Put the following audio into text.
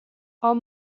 are